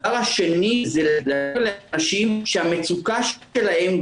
הדבר השני זה להראות לאנשים שהמצוקה שלהם,